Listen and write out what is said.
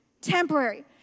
Temporary